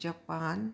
Japan